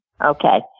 Okay